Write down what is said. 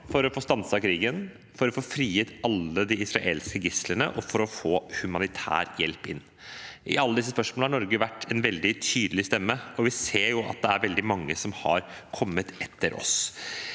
for å få stanset krigen, for å få frigitt alle de israelske gislene og for å få humanitær hjelp inn. I alle disse spørsmålene har Norge vært en veldig tydelig stemme, og vi ser at det er veldig mange som har kommet etter oss.